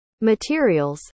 Materials